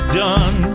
done